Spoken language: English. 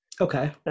Okay